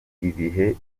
ibihe